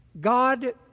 God